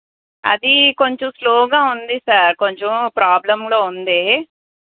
అది కొంచెం స్లోగా ఉంది సార్ కొంచెం ప్రాబ్లెమ్లో ఉంది